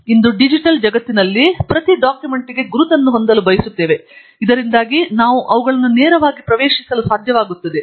ಮತ್ತು ಇಂದು ಡಿಜಿಟಲ್ ಜಗತ್ತಿನಲ್ಲಿ ನಾವು ಪ್ರತಿ ಡಾಕ್ಯುಮೆಂಟ್ಗೆ ಗುರುತನ್ನು ಹೊಂದಲು ಬಯಸುತ್ತೇವೆ ಇದರಿಂದಾಗಿ ನಾವು ಅವುಗಳನ್ನು ನೇರವಾಗಿ ಪ್ರವೇಶಿಸಲು ಸಾಧ್ಯವಾಗುತ್ತದೆ